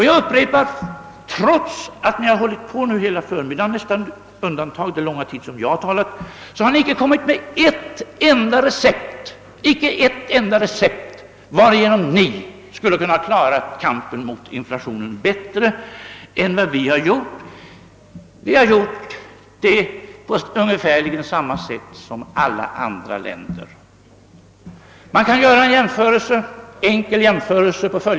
Jag upprepar: Trots att ni hållit på hela förmiddagen med undantag för den långa tid jag själv har talat har ni icke kommit med ett enda recept, med vars hjälp ni skulle kunna klara kampen mot inflationen bättre än vi har gjort. Och vi har handlat ungefärligen på samma sätt som alla andra länder. Låt mig göra en enkel jämförelse.